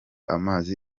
amazi